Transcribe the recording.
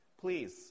please